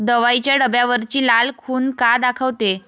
दवाईच्या डब्यावरची लाल खून का दाखवते?